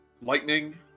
lightning